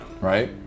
right